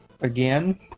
again